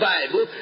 Bible